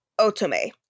Otome